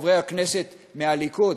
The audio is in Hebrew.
חברי הכנסת מהליכוד,